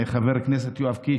חבר הכנסת יואב קיש,